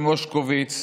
משה מושקוביץ,